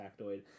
factoid